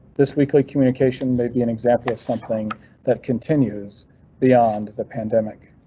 this weekly communication may be an example of something that continues beyond the pandemic.